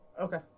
Okay